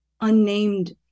unnamed